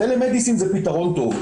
טלמדיסין זה פתרון טוב,